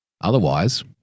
Otherwise